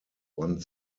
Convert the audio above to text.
one